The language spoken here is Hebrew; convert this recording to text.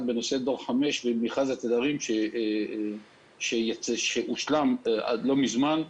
בנושא דור 5 ומכרז התדרים שהושלם לא מזמן.